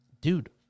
dude